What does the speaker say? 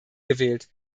gewählt